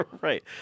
Right